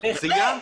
בהחלט.